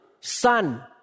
son